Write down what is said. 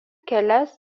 kelias